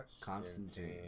Constantine